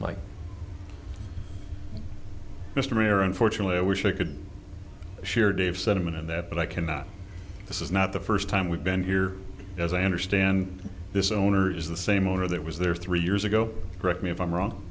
like mr mayor unfortunately i wish i could share dave's sentiment in that but i cannot this is not the first time we've been here as i understand this owner is the same owner that was there three years ago correct me if i'm wrong